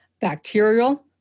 bacterial